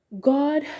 God